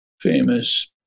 famous